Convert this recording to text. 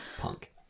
punk